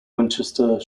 winchester